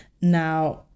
Now